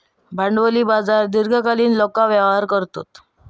भांडवली बाजार दीर्घकालीन रोखा व्यवहार करतत